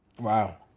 Wow